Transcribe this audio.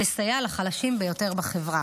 לסייע לחלשים ביותר בחברה.